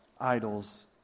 idols